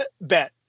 bet